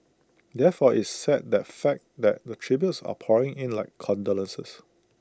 therefore IT is sad the fact that the tributes are pouring in like condolences